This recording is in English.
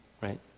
right